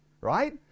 right